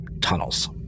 tunnels